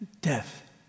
death